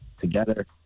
together